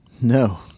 No